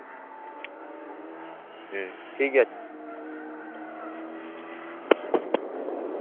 ᱦᱩᱸ ᱴᱷᱤᱠᱜᱮᱭᱟ ᱟᱪᱪᱷᱟ